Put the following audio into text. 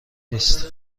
نیست